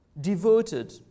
devoted